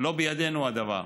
לא בידנו הדבר.